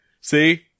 See